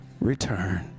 return